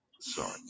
Sorry